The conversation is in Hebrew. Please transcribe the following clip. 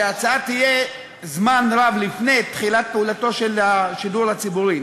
שההצעה תהיה זמן רב לפני תחילת פעולתו של השידור הציבורי,